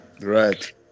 Right